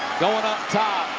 going up top.